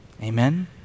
Amen